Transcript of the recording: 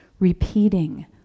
Repeating